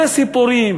זה סיפורים,